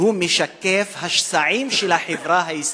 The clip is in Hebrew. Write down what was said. והוא משקף את השסעים של החברה הישראלית.